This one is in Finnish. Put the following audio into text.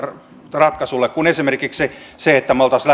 ratkaisulle kuin esimerkiksi se että me olisimme